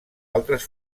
altres